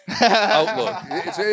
outlook